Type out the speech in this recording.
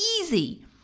easy